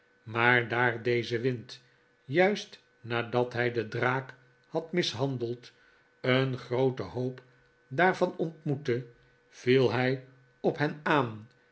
maar daar deze wind juist nadat hij den draak had mishandeld een grooten hoop daarvan ontmoette viel hij op hen aan